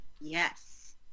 Yes